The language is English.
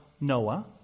Noah